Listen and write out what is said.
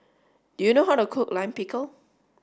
do you know how to cook Lime Pickle